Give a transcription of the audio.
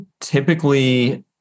typically